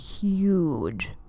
huge